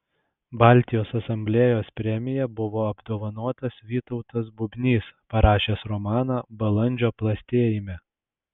baltijos asamblėjos premija buvo apdovanotas vytautas bubnys parašęs romaną balandžio plastėjime